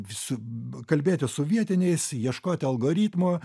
su kalbėti su vietiniais ieškoti algoritmo